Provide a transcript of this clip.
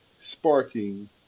sparking